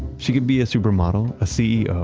she can be a supermodel, a ceo,